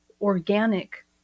organic